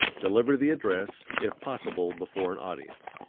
deliver the address, if possible before an audience.